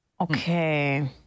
Okay